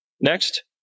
Next